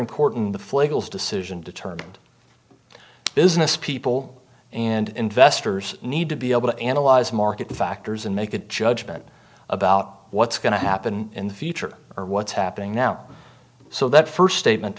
important the decision determined business people and investors need to be able to analyze market the factors and make a judgment about what's going to happen in the future or what's happening now so that first statement